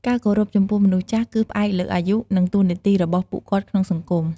ការគោរពចំពោះមនុស្សចាស់គឺផ្អែកលើអាយុ និងតួនាទីរបស់ពួកគាត់ក្នុងសង្គម។